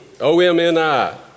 O-M-N-I